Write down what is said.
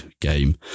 game